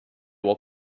will